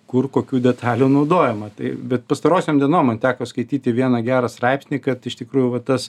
kur kokių detalių naudojama tai bet pastarosiom dienom man teko skaityti vieną gerą straipsnį kad iš tikrųjų va tas